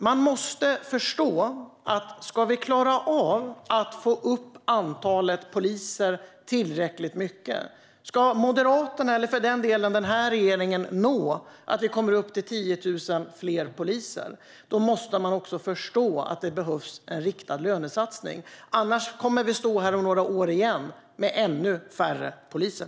Man måste förstå att ska vi klara av att få upp antalet poliser tillräckligt mycket, ska Moderaterna eller för den delen den här regeringen nå målet om att komma upp till 10 000 fler poliser, behövs en riktad lönesatsning. Annars kommer vi att stå här om några år igen med ännu färre poliser.